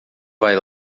vai